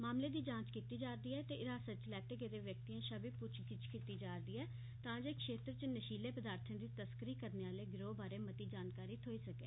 मामले दी जांच कीती जा'रदी ऐ ते हिरासत इच लैते गेदे व्यक्तियें शा बी पुच्छ पड़ताल कीती जा'रदी ऐ तां जे क्षेत्र इच नशीले पदार्थे दी तस्करी करने आले गिरोह् बारै मती जानकारी थ्होई सकै